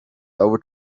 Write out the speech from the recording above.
over